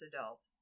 adult